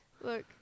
Look